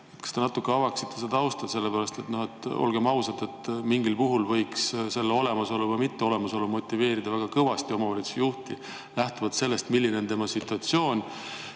Kas te natuke avaksite seda tausta? Sellepärast et, olgem ausad, mingil puhul võiks selle olemasolu või mitteolemasolu motiveerida väga kõvasti omavalitsusjuhti lähtuvalt sellest, milline on tema situatsioon.